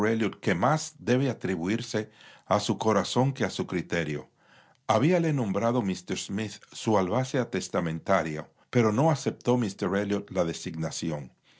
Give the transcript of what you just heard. que más debe atribuirse a su corazón que a su criterio habíale nombrado míster smith su albacea testamentario pero no aceptó míster elliot la designación